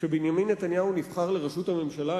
כשבנימין נתניהו נבחר לראשות הממשלה,